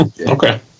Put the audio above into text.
Okay